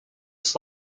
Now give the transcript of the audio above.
its